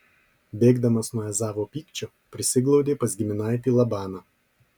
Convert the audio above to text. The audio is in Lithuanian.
bėgdamas nuo ezavo pykčio prisiglaudė pas giminaitį labaną